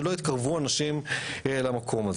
שלא יתקרבו אנשים למקום הזה.